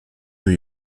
new